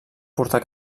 portar